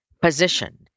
position